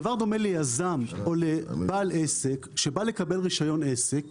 הדבר דומה ליזם או לבעל עסק שבא לקבל רישיון עסק